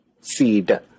seed